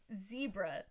Zebra